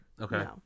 Okay